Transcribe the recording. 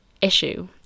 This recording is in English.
issue